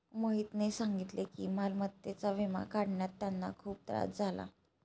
मोहितने सांगितले की मालमत्तेचा विमा काढण्यात त्यांना खूप त्रास झाला